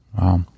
Wow